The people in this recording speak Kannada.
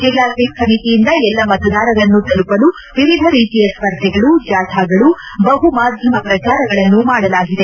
ಜಿಲ್ಲಾ ಸ್ವೀಪ್ ಸಮಿತಿಯಿಂದ ಎಲ್ಲ ಮತದಾರರನ್ನು ತಲುಪಲು ವಿವಿಧ ರೀತಿಯ ಸ್ಪರ್ಧೆಗಳು ಜಾಥಾಗಳು ಬಹುಮಾಧ್ಯಮ ಪ್ರಚಾರಗಳನ್ನು ಮಾಡಲಾಗಿದೆ